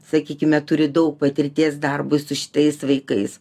sakykime turi daug patirties darbui su šitais vaikais